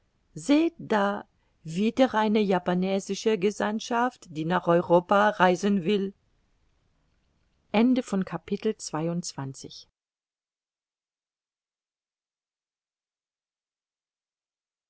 seht da wieder eine japanesische gesandtschaft die nach europa reisen will